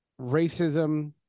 racism